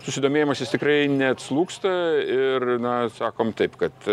susidomėjimas jis tikrai neatslūgsta ir na sakom taip kad